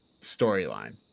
storyline